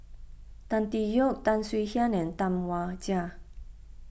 Tan Tee Yoke Tan Swie Hian and Tam Wai Jia